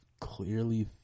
clearly